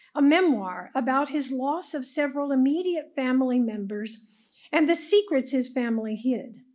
a memoir about his loss of several immediate family members and the secrets his family hid.